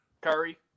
Curry